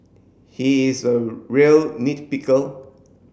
he is a real nit pickle